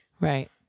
Right